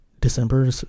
December